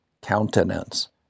countenance